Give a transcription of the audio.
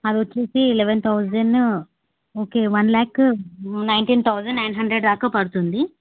అది వచ్చేసి eleven thousand okay one lakh nineteen thousand nine hundred దాకా పడుతుంది